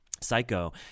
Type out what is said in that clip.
Psycho